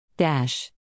dash